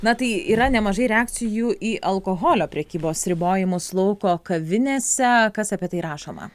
na tai yra nemažai reakcijų į alkoholio prekybos ribojimus lauko kavinėse kas apie tai rašoma